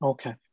Okay